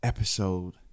Episode